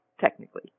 technically